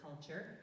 culture